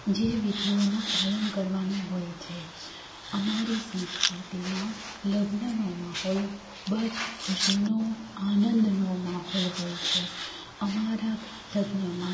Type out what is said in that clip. જે વિધિઓનું પાલન કરવાનું હોય છે અમારી સંસ્કૃતિમાં લગ્નનો માહોલ ખૂબ જ ખુશીનો આનંદનો માહોલ હોય છે અમારા આખા લગ્નમાં